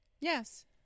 Yes